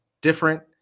different